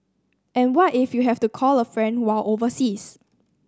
and what if you have to call a friend while overseas